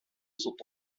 sont